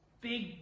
big